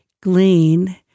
glean